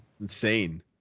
insane